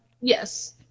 yes